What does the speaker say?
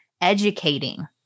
educating